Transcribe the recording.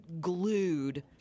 glued